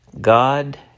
God